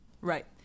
right